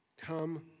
Come